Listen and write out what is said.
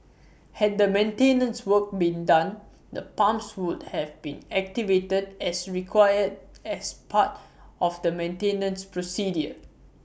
had the maintenance work been done the pumps would have been activated as required as part of the maintenance procedure